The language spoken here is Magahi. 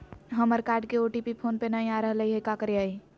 हमर कार्ड के ओ.टी.पी फोन पे नई आ रहलई हई, का करयई?